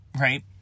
right